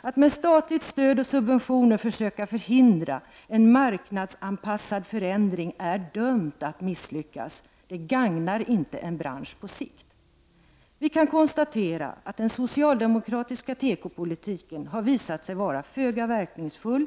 Att med statligt stöd och subventioner försöka förhindra en marknadsanpassad förändring är dömt att misslyckas. Det gagnar inte en bransch på sikt. Vi kan konstatera att den socialdemokratiska tekopolitiken har visat sig vara föga verkningsfull.